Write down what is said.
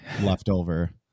Leftover